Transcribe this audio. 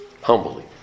Humbly